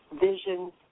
vision